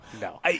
No